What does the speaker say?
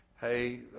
Hey